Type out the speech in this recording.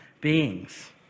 beings